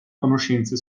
conoscenze